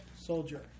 soldier